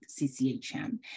CCHM